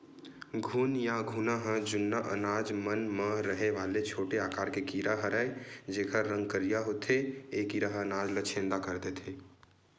घुन या घुना ह जुन्ना अनाज मन म रहें वाले छोटे आकार के कीरा हरयए जेकर रंग करिया होथे ए कीरा ह अनाज ल छेंदा कर देथे